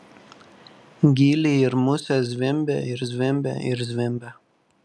gyliai ir musės zvimbia ir zvimbia ir zvimbia